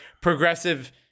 progressive